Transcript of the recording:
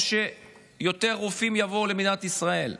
או שיותר רופאים יבואו למדינת ישראל?